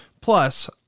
Plus